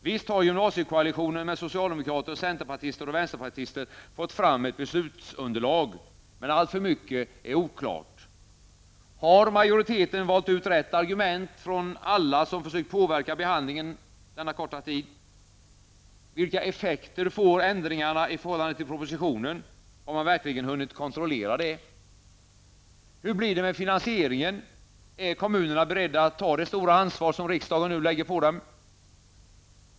Visst har gymnasiekoalitionen med socialdemokrater, centerpartister och vänsterpartister frått fram ett beslutsunderlag, men alltför mycket är oklart. Har majoriteten valt ut rätt argument från alla dem som försökt påverka behandlingen denna korta tid? Vilka effekter får ändringarna i förhållande till propositionen? Har man verkligen hunnit kontrollera det? Hur blir det med finansieringen? Är kommunerna beredda att ta det stora ansvar som riksdagen nu lägger på dem?